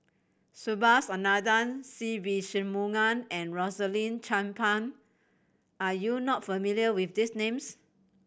Subhas Anandan Se Ve Shanmugam and Rosaline Chan Pang are you not familiar with these names